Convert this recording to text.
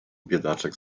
biedaczek